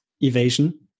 evasion